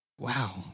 Wow